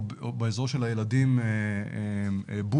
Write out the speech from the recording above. או באזור של הילדים בולינג,